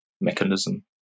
mechanism